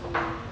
so